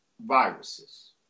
viruses